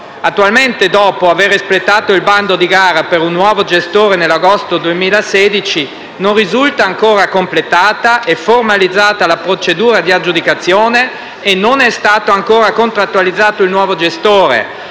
Attualmente, dopo aver espletato il bando di gara per un nuovo gestore nell'agosto 2016, non risulta ancora completata e formalizzata la procedura di aggiudicazione e non è stato ancora contrattualizzato il nuovo gestore,